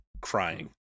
crying